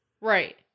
Right